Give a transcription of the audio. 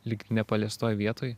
lyg nepaliestoj vietoj